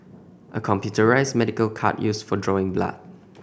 a computerised medical cart used for drawing blood